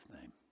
name